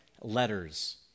letters